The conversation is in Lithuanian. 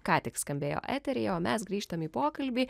ką tik skambėjo eteryje o mes grįžtam į pokalbį